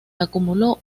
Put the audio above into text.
acumuló